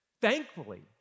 Thankfully